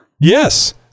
Yes